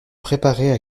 préparaient